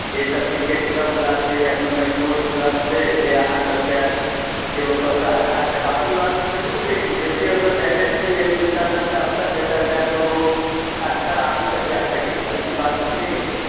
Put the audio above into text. जे सभ cricket club वला छै या कोनो स्पोर्ट्स क्लब छै जे अहाँसभके जे ओतऽसँ हटाके ई बात हम जरूर बुझै छी जतय ओतऽ टैलेंट छै यदि हुनकासभके अवसर भेटल जाय तऽ ओ बहुत अवसर आगू तक जा सकैया ई बात तऽ छहियै